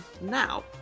now